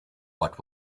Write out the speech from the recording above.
what